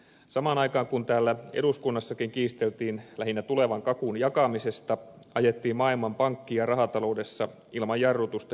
samaan aikaan kun täällä eduskunnassakin kiisteltiin lähinnä tulevan kakun jakamisesta ajettiin maailmanpankkia rahataloudessa ilman jarrutusta kiviseinään